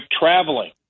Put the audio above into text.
traveling